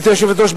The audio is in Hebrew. גברתי היושבת-ראש,